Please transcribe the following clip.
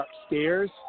upstairs